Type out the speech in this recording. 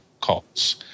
calls